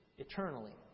Eternally